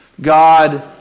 God